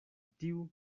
tiu